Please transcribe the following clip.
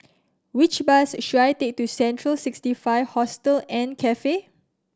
which bus should I take to Central Sixty Five Hostel and Cafe